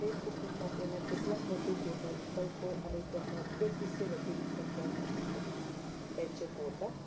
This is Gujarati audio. ટ્રેન બુકિંગ માટેના કેટલાક વધુ કોટા વિકલ્પો અને તેના ઉપયોગ વિશે વધુ વિગતવાર માહિતી એચ ઑ કોટા